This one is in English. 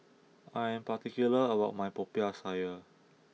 I am particular about my Popiah Sayur